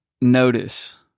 notice